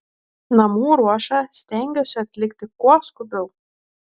namų ruošą stengiuosi atlikti kuo skubiau